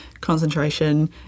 concentration